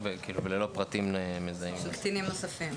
וללא פרטים של קטינים נוספים.